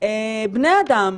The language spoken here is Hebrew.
בני אדם,